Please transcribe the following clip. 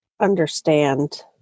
understand